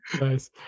Nice